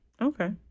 Okay